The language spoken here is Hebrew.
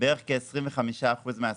בערך כ-25 אחוזים מהעסקים.